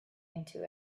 into